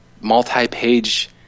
multi-page